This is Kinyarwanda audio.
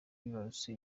wibarutse